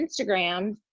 Instagram